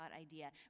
idea